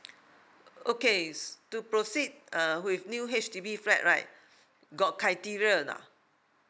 okay to proceed uh with new H_D_B flat right got criteria or not